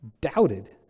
doubted